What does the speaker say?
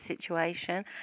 situation